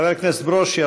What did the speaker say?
חבר הכנסת ברושי,